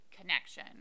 connection